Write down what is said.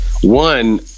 One